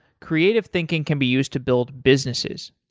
creative thinking can be used to build businesses.